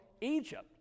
Egypt